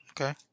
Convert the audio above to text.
Okay